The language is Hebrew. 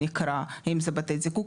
אם אלה בתי זיקוק,